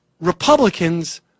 Republicans